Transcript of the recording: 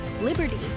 liberty